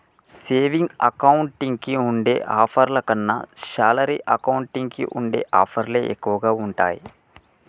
saving account కి ఉండే ఆఫర్ల కన్నా శాలరీ అకౌంట్ కి ఉండే ఆఫర్లే ఎక్కువగా ఉంటాయి